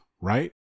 Right